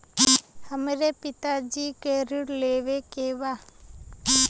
हमरे पिता जी के ऋण लेवे के बा?